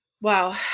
Wow